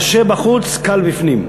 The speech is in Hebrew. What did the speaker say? קובע: קשה בחוץ, קל בפנים.